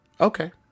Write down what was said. Okay